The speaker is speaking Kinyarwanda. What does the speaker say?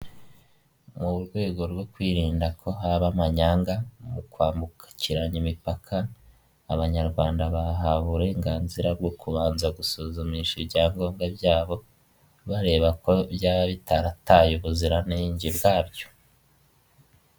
Mu rwego rwo kwirinda ko haba amanyanga mu kwambukiranya imipaka, abanyarwanda bahawe uburenganzira bwo kubanza gusuzumisha ibyangombwa byabo, bareba ko byaba bitarataye ubuziranenge bwabyo.